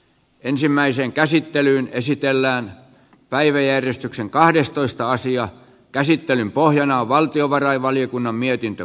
ensimmäiseen käsittelyyn esitellään päiväjärjestyksen kahdestoista asian käsittelyn pohjana on valtiovarainvaliokunnan mietintö